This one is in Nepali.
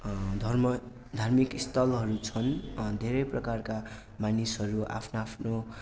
धर्म धार्मिक स्थलहरू छन् धेरै प्रकारका मानिसहरू आफ्नो आफ्नो